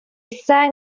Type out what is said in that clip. sang